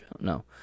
No